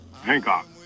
Hancock